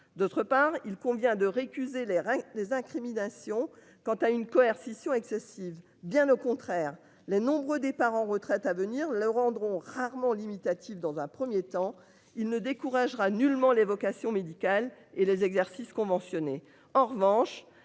d'autre part, il convient de récuser les reins. Les incriminations quant à une coercition excessive, bien au contraire. Les nombreux départs en retraite à venir le rendront rarement limitatif dans un premier temps. Il ne découragera nullement l'évocation médicale et les exercices conventionnés. En revanche,